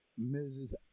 Mrs